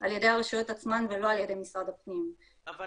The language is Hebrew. על ידי הרשויות עצמן ולא על ידי משרד פנים ולכן